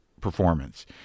performance